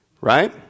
Right